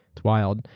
it's wild.